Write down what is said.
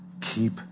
keep